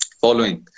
following